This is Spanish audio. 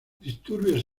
disturbios